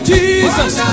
Jesus